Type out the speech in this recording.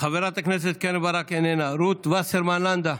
חברת הכנסת קרן ברק, איננה, רות וסרמן לנדה.